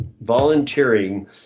volunteering